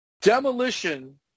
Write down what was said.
demolition